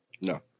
No